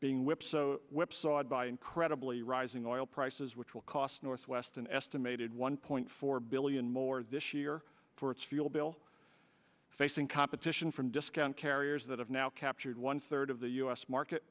being whipped by incredibly rising oil prices which will cost northwest an estimated one point four billion more this year for its fuel bill facing competition from discount carriers that have now captured one third of the u s market